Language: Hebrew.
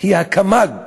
היא הקמ"ג